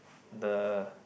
the